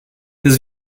his